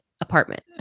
apartment